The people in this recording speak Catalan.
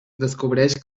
descobreix